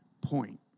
point